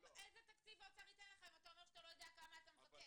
איזה תקציב האוצר ייתן לך אם אתה אומר שאתה לא יודע כמה אתה מבקש?